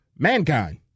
Mankind